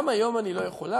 וגם היום אני לא יכולה,